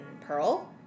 Pearl